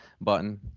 button